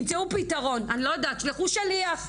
תמצאו פתרון, תשלחו שליח.